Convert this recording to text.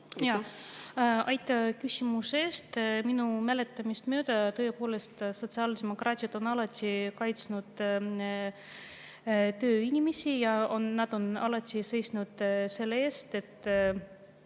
Aitäh küsimuse eest! Minu mäletamist mööda, tõepoolest, sotsiaaldemokraadid on alati kaitsnud tööinimesi ja nad on alati seisnud selle eest, et